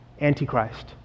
Antichrist